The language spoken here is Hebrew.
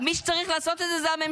מי שצריך לעשות את זה היא הממשלה.